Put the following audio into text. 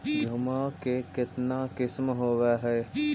गेहूमा के कितना किसम होबै है?